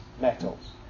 metals